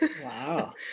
Wow